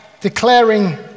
declaring